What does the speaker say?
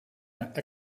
naar